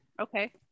Okay